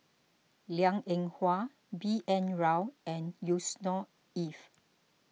Liang Eng Hwa B N Rao and Yusnor Ef